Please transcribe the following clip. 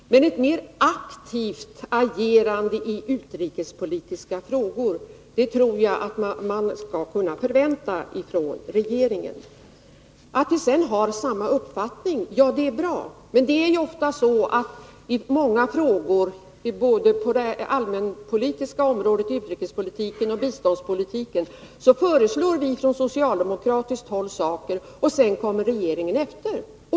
Men ett mer aktivt agerande i utrikespolitiska frågor borde man kunna förvänta sig från regeringen. Att vi har samma uppfattning är bra, men i många frågor, såväl på det allmänpolitiska området som på utrikespolitikens och biståndspolitikens områden, är det ofta så att vi från socialdemokratiskt håll föreslår saker, och sedan kommer regeringen efter.